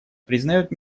признает